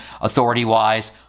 authority-wise